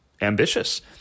ambitious